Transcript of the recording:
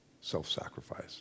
self-sacrifice